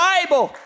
Bible